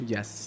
Yes